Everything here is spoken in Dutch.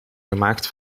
gemaakt